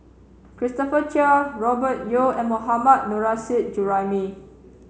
Christopher Chia Robert Yeo and Mohammad Nurrasyid Juraimi